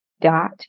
dot